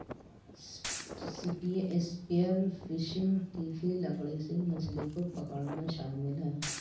spear fishing तीखी लकड़ी से मछली को पकड़ना शामिल है